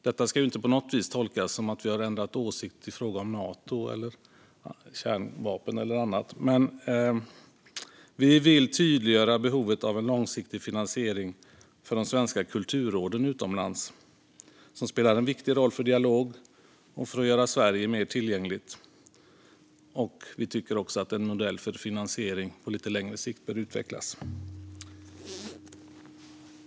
Detta ska inte på något vis tolkas som att vi ändrat åsikt i fråga om Nato, kärnvapen eller annat. Men vi vill tydliggöra behovet av en långsiktig finansiering av de svenska kulturråden utomlands. De spelar en viktig roll för dialog och för att göra Sverige mer tillgängligt. Vi tycker också att en modell för finansiering på lite längre sikt bör utvecklas.